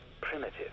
primitive